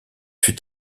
fut